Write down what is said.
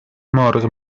مرغ